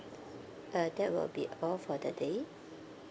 uh that'll be all for the day